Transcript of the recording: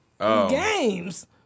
games